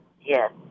Yes